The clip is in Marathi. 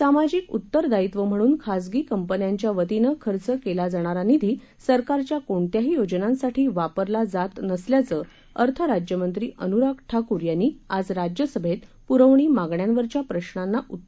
सामाजिक उत्तरदायित्व म्हणून खाजगी कंपन्यांच्यावतीनं खर्च केला जाणारा निधी सरकाच्या कोणत्याही योजनांसाठी वापरला जात नसल्याचं अर्थराज्यमंत्री अनुराग ठाकूर यांनी आज राज्यसबेत पुरवणी मागण्यांवरच्या प्रशांना उत्तर देताना स्पष्ट केलं